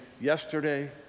yesterday